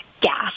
gas